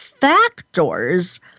factors